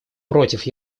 против